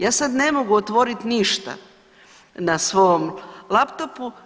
Ja sad ne mogu otvoriti ništa na svom laptopu.